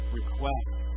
request